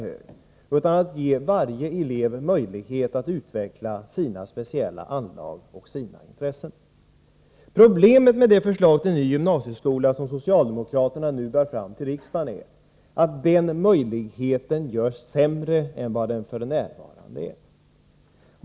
Det gäller i stället att ge varje elev möjlighet att utveckla sina speciella anlag och sina intressen. Problemet med det förslag till ny gymnasieskola som socialdemokraterna nu bär fram till riksdagen är att den möjligheten görs sämre än vad den f.n. är.